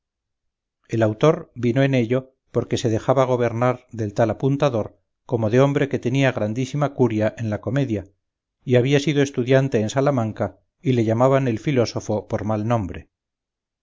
el autor vino en ello porque se dejaba gobernar del tal apuntador como de hombre que tenía grandísima curia en la comedia y había sido estudiante en salamanca y le llamaban el filósofo por mal nombre